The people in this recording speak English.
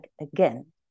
again